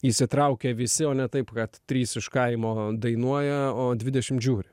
įsitraukia visi o ne taip kad trys iš kaimo dainuoja o dvidešimt žiūri